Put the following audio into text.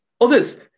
others